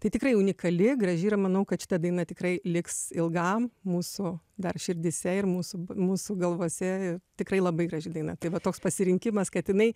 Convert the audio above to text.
tai tikrai unikali graži ir manau kad šita daina tikrai liks ilgam mūsų dar širdyse ir mūsų mūsų galvose tikrai labai graži daina tai vat toks pasirinkimas kad jinai